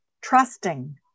trusting